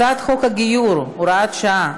הצעת חוק הגיור (הוראת שעה),